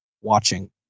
watching